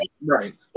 Right